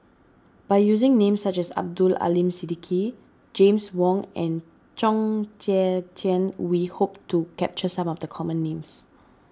by using names such as Abdul Aleem Siddique James Wong and Chong Tze Chien we hope to capture some of the common names